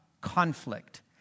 conflict